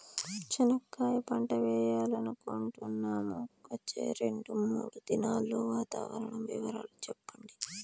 చెనక్కాయ పంట వేయాలనుకుంటున్నాము, వచ్చే రెండు, మూడు దినాల్లో వాతావరణం వివరాలు చెప్పండి?